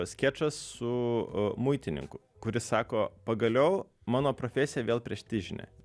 skečas su muitininku kuris sako pagaliau mano profesija vėl prestižinė